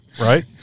right